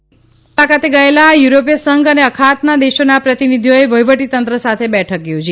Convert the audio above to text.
જમ્મુ કાશમીરની મુલાકાતે ગયેલા યુરોપીય સંધ અને અખાતના દેશોના પ્રતિનિધિઓએ વહીવટીતંત્ર સાથે બેઠક યોજી